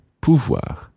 pouvoir